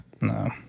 No